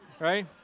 Right